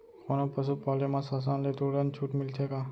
कोनो पसु पाले म शासन ले तुरंत छूट मिलथे का?